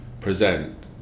present